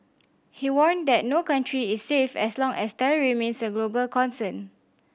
he warned that no country is safe as long as terror remains a global concern